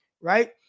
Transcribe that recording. right